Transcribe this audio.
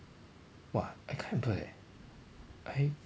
!wah! I can't remember eh I